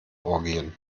orgien